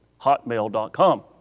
Hotmail.com